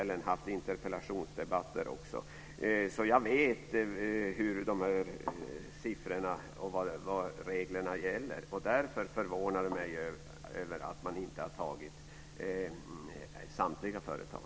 Dessutom har jag fört interpellationsdebatter i frågan. Jag vet alltså vilka regler som gäller. Därför förvånar det mig att man inte har tagit med samtliga företag.